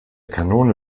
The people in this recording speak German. kanone